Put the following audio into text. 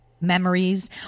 memories